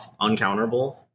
uncounterable